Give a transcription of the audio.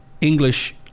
English